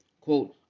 Quote